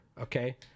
Okay